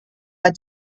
led